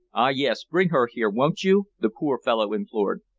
ah, yes! bring her here, won't you? the poor fellow implored,